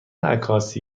عکاسی